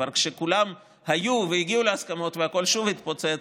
כשכולם כבר היו והגיעו להסכמות והכול שוב התפוצץ,